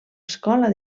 escola